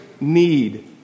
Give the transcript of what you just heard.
need